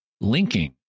linking